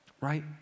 right